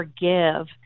forgive